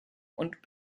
und